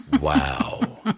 Wow